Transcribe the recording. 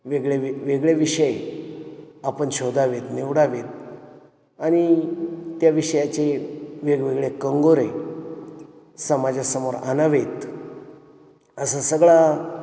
वेगळे वे वेगळे विषय आपण शोधावेत निवडावेत आणि त्या विषयाचे वेगवेगळे कंगोरे समाजासमोर आणावेत असा सगळा